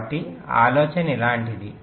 కాబట్టి ఆలోచన ఇలాంటిది